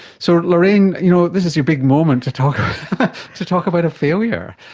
so lorraine, you know this is your big moment to talk to talk about a failure.